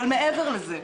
אבל מעבר לזה,